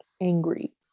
angry